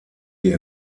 die